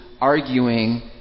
arguing